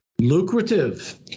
lucrative